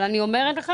אבל אני אומרת לך,